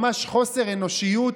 ממש חוסר אנושיות,